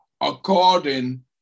according